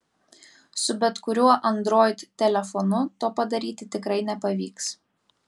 su bet kuriuo android telefonu to padaryti tikrai nepavyks